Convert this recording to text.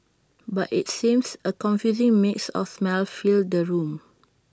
but IT seems A confusing mix of smells filled the room